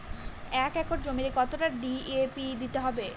এক একর জমিতে কতটা ডি.এ.পি দিতে হবে?